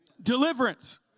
Deliverance